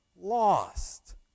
lost